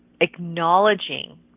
acknowledging